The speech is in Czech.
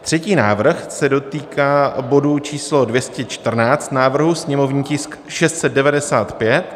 Třetí návrh se dotýká bodů číslo 214 návrhu, sněmovní tisk 695.